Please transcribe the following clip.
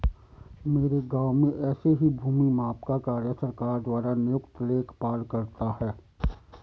मेरे गांव में ऐसे ही भूमि माप का कार्य सरकार द्वारा नियुक्त लेखपाल करता है